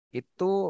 itu